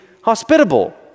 hospitable